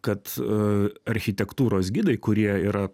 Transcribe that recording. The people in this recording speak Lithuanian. kad architektūros gidai kurie yra